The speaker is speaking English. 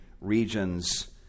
regions